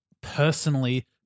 personally